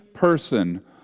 Person